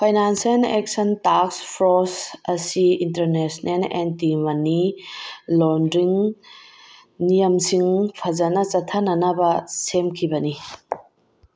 financial action ꯇꯥꯛꯁ force ꯑꯁꯤ international anti money laundering ꯅꯤꯌꯝꯁꯤꯡ ꯐꯖꯅ ꯆꯠꯊꯅꯅꯕ ꯁꯦꯝꯈꯤꯕꯅꯤ